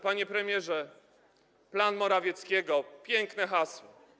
Panie premierze, plan Morawieckiego, piękne hasło.